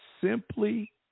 simply